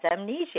amnesia